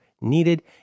needed